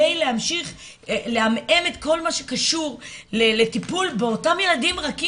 כדי להמשיך לעמעם את כל מה שקשור לטיפול באותם ילדים רכים,